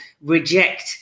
reject